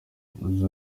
yagize